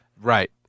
Right